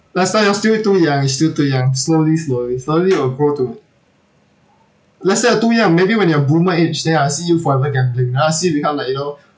lester you are still too young you're still too young slowly slowly slowly it will grow to it lester you are too young maybe when you are boomer age then I'll see you forever gambling then I'll see you become like you know